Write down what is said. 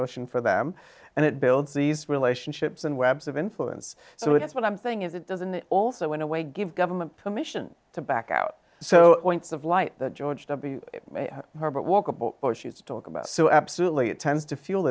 ocean for them and it builds these relationships and webs of influence so that's what i'm saying is it doesn't also in a way give government permission to back out so it's of light that george w herbert walker bush used talk about so absolutely it tends to fuel